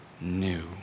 new